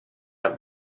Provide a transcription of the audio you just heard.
have